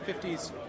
50s